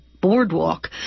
boardwalk